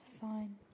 Fine